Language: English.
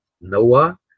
Noah